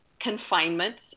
confinements